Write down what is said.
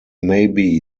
maybe